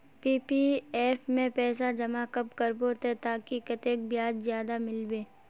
PPF में पैसा जमा कब करबो ते ताकि कतेक ब्याज ज्यादा मिलबे?